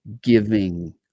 giving